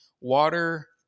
water